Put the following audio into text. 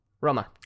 Roma